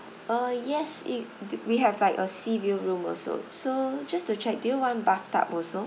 uh yes it we have like a sea view room also so just to check do you want bathtub also